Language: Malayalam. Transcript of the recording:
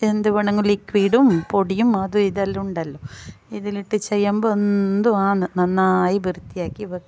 എന്ത് വേണമെങ്കിലും ലിക്യുഡും പൊടിയും അതും ഇതും എല്ലാം ഉണ്ടല്ലോ ഇതിലിട്ട് ചെയ്യുമ്പോൾ എന്തുവാണ് നന്നായി വൃത്തിയാക്കി വയ്ക്കാൻ